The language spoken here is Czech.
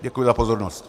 Děkuji za pozornost.